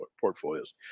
portfolios